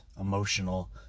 emotional